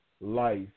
Life